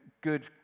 good